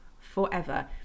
forever